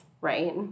right